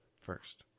first